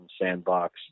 sandbox